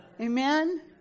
Amen